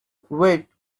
wait